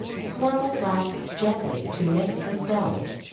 swirl flasks gently to mix the cells.